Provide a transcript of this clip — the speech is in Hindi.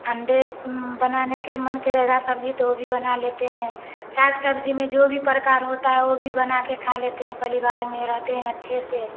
अंडे बनाने के मन करेगा सब्जी तो वो भी बना लेते हैं साग सब्जी में जो भी प्रकार होता है वो भी बना के खा लेते हैं परिवार में रहते हैं अच्छे से